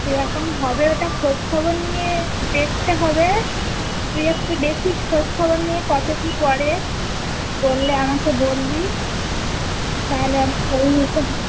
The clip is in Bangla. কীরকম হবে ওটা খোঁজখবর নিয়ে দেখতে হবে তুই একটু দেখিস খোঁজখবর নিয়ে কত কী পড়ে পড়লে আমাকে বলবি তাহলে আমি সেই